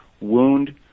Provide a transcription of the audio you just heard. wound